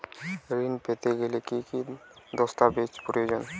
ঋণ পেতে গেলে কি কি দস্তাবেজ প্রয়োজন?